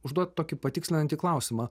užduot tokį patikslinantį klausimą